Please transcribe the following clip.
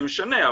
זה משנה,